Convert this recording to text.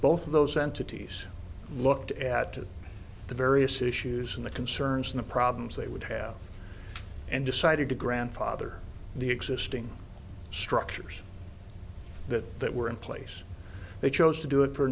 both of those entities looked at the various issues in the concerns and problems they would have and decided to grandfather the existing structures that that were in place they chose to do it